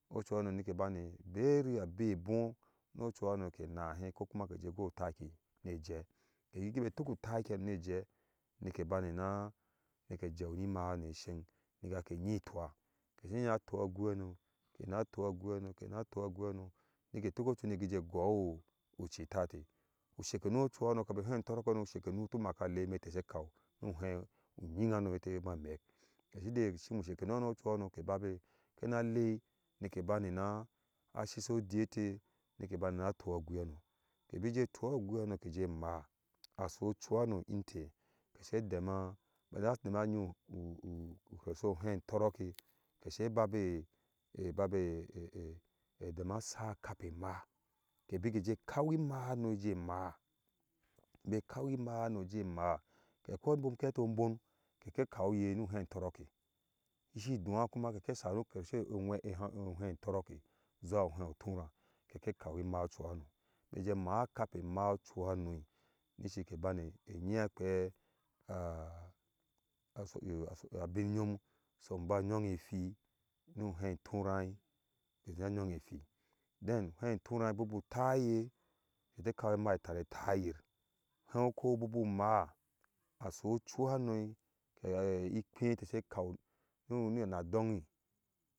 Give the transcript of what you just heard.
Ochu hano bike bane bera abi ɛboh no ohuhanokɛ nahe kokuma kejɛ goi utaki nejɛh kɛ higibɛ tu ku taki hano ne jɛh nike bane na nikɛ jeu imaa hano ni bani sheng nike hakɛ nyi yir ituwa kɛsɛ nyi yir atur agui hano kena tui agui han kena tui agui hano nikɛ tuk ochu nigijɛ gɔɔh ucitate ushekenu ochhano kami u hei ntɔrɔk hano ushekenu tuh makiye alɛi metɛ sha kau nu hei unying hano mete ma amɛk shijɛ shim uchekɛn hana chuha kɛbabɛ na lie nike bane na shisho kɛbabɛ na bani na tui agui hano jɛ maah asho chuhano inteh kesɛ dema masaa dema nyi ukershɛ hei ntorɔkɛ kesɛ babɛ babɛ dema sa kape ima kɛbikɛ jɛ kawi ima hano je maah kɛbikɛkawi ima hanoje maah akoi abon kaheti obong kɛkɛ kawiyɛ nu hei ŋtorɔkɛ shi duwa kuma kɛkɛ sai nu kershe ohei ŋtorɔk zuma uheinturahn kɛkɛ kau imah ochu hano bijɛ imaah kape imah ochu hano nishi kɛ bane nyi yir akpea abi nyom som ba nyonge ipwhi nu hein nturai kena nyonge ipwhi denu heint urai buk bu tayɛ kefɛ kawi imah tare tayir uhen ukɔɔu bukbu maah asho chuhano ikphee tɛ sha kau nuna doye